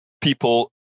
people